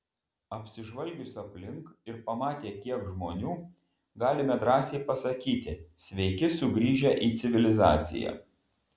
apsižvalgius aplink ir pamatę kiek žmonių galime drąsiai pasakyti sveiki sugrįžę į civilizaciją